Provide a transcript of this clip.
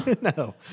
no